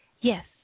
yes